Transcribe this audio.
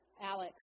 Alex